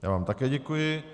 Já vám také děkuji.